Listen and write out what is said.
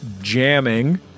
jamming